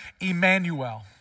Emmanuel